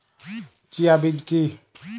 Chia বীজ কী?